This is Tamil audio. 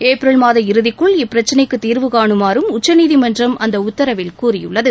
ஏப்ரல் மாத இறுதிக்குள் இப்பிரச்சினைக்கு தீர்வு காணுமாறும் உச்சநீதிமன்றம் அந்த உத்தரவில் கூறியுள்ளது